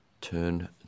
turn